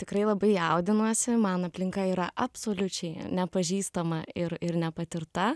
tikrai labai jaudinuosi man aplinka yra absoliučiai nepažįstama ir ir nepatirta